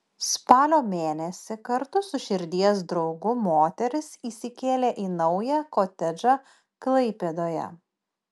spalio mėnesį kartu su širdies draugu moteris įsikėlė į naują kotedžą klaipėdoje